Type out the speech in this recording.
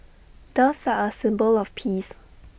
doves are A symbol of peace